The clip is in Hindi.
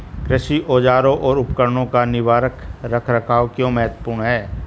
कृषि औजारों और उपकरणों का निवारक रख रखाव क्यों महत्वपूर्ण है?